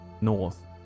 north